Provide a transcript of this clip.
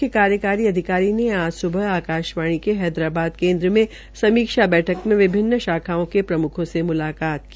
मुख्य कार्यकारी अधिकारी ने आज सुबह आकाशवाणी के हैदराबाद केन्द्र में समीक्षा बैठक में विभिन्न शाखाओं के प्रमुखों से मुलाकात की